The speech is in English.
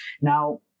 Now